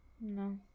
No